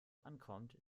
ankommt